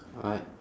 alright